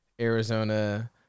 Arizona